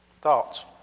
Thoughts